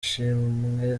shimwe